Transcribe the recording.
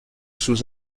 sous